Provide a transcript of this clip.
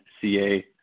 CA